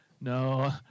no